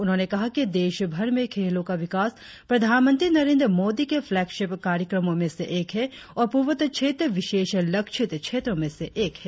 उन्होंने कहा कि देशभर में खेलो का विकास प्रधानमंत्री नरेंद्र मोदी के फ्लेकशीफ कार्यक्रमो में से एक है और पूर्वोत्तर क्षेत्र विशेष लक्षित क्षेत्रो में से एक है